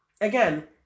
again